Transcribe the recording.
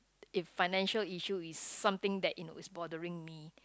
if financial issue is something that you know is bothering me